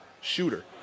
shooter